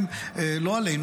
לא עלינו,